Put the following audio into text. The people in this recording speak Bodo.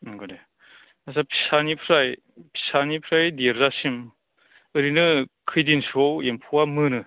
नंगौ दे आदसा फिसानिफ्राय फिसानिफ्राय देरजासिम ओरैनो खैयदिनसोआव एम्फौआ मोनो